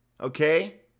Okay